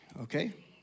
okay